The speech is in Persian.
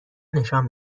نشان